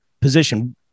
position